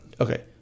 Okay